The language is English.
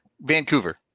Vancouver